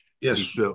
yes